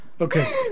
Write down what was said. Okay